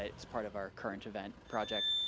it's part of our current event project,